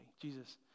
Jesus